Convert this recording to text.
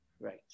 right